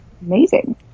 amazing